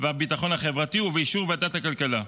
והביטחון החברתי ובאישור ועדת הכלכלה.